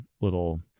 little